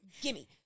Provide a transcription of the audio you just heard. Gimme